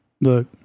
look